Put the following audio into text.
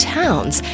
towns